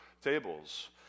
tables